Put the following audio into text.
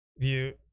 view